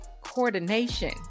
coordination